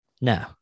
no